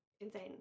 insane